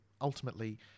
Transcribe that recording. ultimately